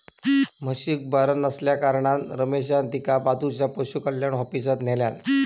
म्हशीक बरा नसल्याकारणान रमेशान तिका बाजूच्या पशुकल्याण ऑफिसात न्हेल्यान